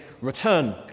Return